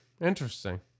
Interesting